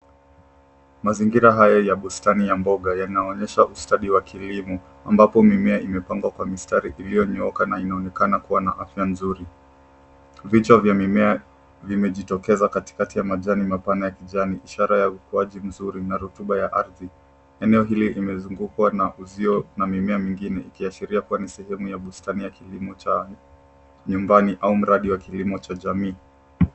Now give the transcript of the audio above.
Mazingira haya ya bustani ya mboga yanaonyesha ustadi wa kilimo ambapo mimea imepandwa kwa mstari iliyonyooka na inaonekana kuwa na afya nzuri. Vichwa vya mimea vimejitokeza katikati ya majani mapana ya kijani ishara ya ukuaji mzuri na rotuba ya ardhi. Eneo hili imezungukwa na uzio na mimea mingine ikiashiria kuwa ni sehemu ya bustani ya kilimo cha nyumbani au mradi wa kilimo cha jamii.